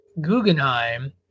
Guggenheim